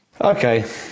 Okay